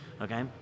Okay